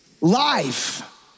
life